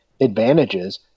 advantages